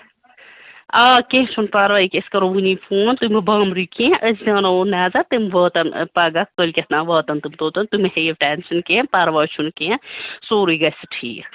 آ کیٚنٛہہ چھُنہٕ پَرواے یہِ کہِ أسۍ کرو ؤنی فون تُہۍ مہٕ بامبریٚو کیٚنٛہہ أسۍ دٮ۪وٕناوَو نَظر تِم واتن پَگاہ کٲلۍکٮ۪تھ تانۍ واتن تِم توٚتن تُہۍ مہٕ ہیٚیِو ٹٮ۪نشن کیٚنٛہہ پَرواے چھُنہٕ کیٚنٛہہ سورُے گَژھِ ٹھیٖک